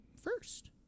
first